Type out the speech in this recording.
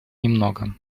немного